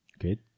Good